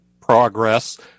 progress